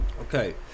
Okay